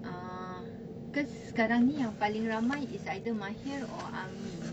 uh because sekarang ni yang paling ramai is either mahir or amin